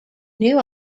new